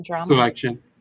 selection